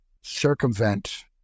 circumvent